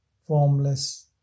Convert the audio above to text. Formless